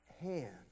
hand